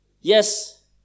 Yes